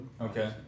Okay